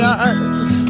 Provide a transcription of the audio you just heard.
eyes